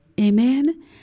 Amen